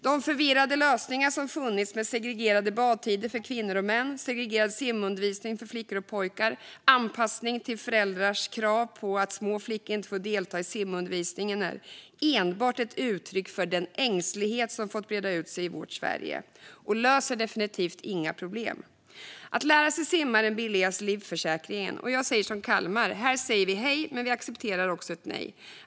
De förvirrade lösningar som har funnits med segregerade badtider för kvinnor och män, segregerad simundervisning för flickor och pojkar och anpassning till föräldrars krav på att små flickor inte ska delta i simundervisningen är enbart ett uttryck för den ängslighet som har fått breda ut sig i vårt Sverige och löser definitivt inga problem. Att lära sig simma är den billigaste livförsäkringen. Jag säger som Kalmar: Här säger vi hej, men vi accepterar också ett nej.